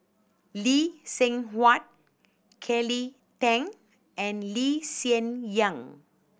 Lee Seng Huat Kelly Tang and Lee Hsien Yang